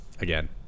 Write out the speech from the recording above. Again